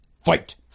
Fight